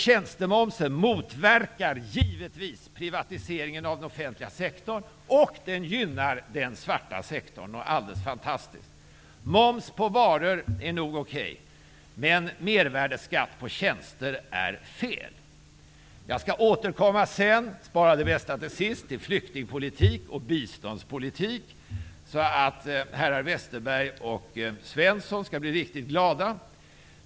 Tjänstemomsen motverkar givetvis privatiseringen av den offentliga sektorn, och den gynnar den svarta sektorn något alldeles fantastiskt. Moms på varor är nog okej, men mervärdesskatt på tjänster är fel. Jag skall återkomma senare till flykting och biståndspolitiken. Jag sparar det bästa till sist så att herrarna Westerberg och Svensson skall bli riktigt glada.